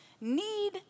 need